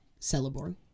Celeborn